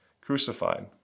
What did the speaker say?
crucified